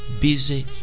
busy